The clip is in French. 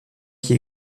qui